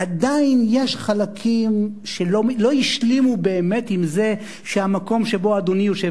עדיין יש חלקים שלא השלימו באמת עם זה שהמקום שבו אדוני יושב